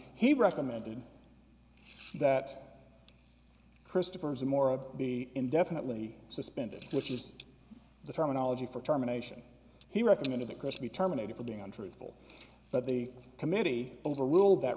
he recommended that christopher is more of be indefinitely suspended which is the terminology for terminations he recommended that could be terminated for being untruthful but the committee overruled that